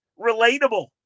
relatable